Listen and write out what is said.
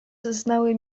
znały